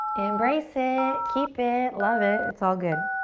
embrace it, keep it, love it. it's all good.